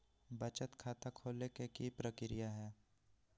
बचत खाता खोले के कि प्रक्रिया है?